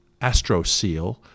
AstroSeal